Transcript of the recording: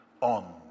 on